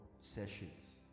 sessions